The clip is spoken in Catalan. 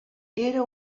era